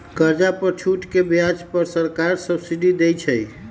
कर्जा पर छूट के ब्याज पर सरकार सब्सिडी देँइ छइ